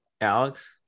Alex